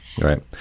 Right